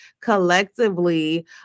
collectively